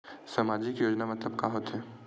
सामजिक योजना मतलब का होथे?